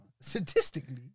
Statistically